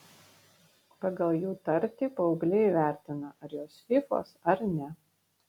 pagal jų tartį paaugliai įvertina ar jos fyfos ar ne